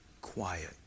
quiet